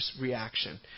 reaction